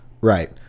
Right